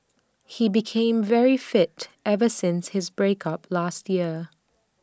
he became very fit ever since his break up last year